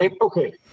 Okay